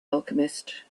alchemist